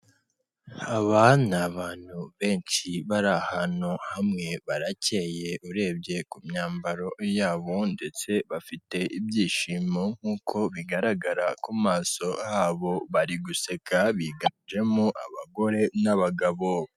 Aba ni abantu benshi bari ahantu hamwe, baracyeye urebye ku myambaro yabo ndetse bafite ibyishimo nkuko bigaragara ku maso habo, bari guseka biganjemo abagore n'abagabo.